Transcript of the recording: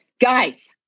guys